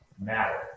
matter